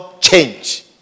change